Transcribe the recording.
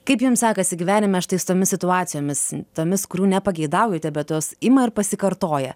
kaip jums sekasi gyvenime štai su tomis situacijomis tomis kurių nepageidaujate bet jos ima ir pasikartoja